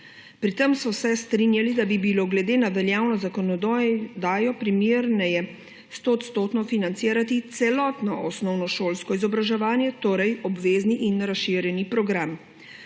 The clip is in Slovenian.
Pri tem so se strinjali, da bi bilo glede na veljavno zakonodajo primerneje 100 % financirati celotno osnovnošolsko izobraževanje, torej obvezni in razširjeni program.